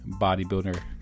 bodybuilder